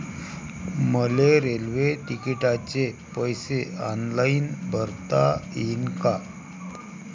मले रेल्वे तिकिटाचे पैसे ऑनलाईन भरता येईन का?